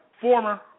former